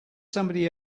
somebody